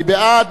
מי בעד?